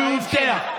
והוא הבטיח.